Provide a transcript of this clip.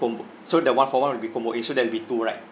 combo so the one-for-one will be combo A so there'll be two right